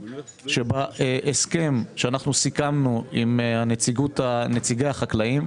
בהסכם שסיכמנו עם נציגי החקלאים,